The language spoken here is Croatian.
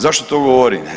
Zašto to govorim?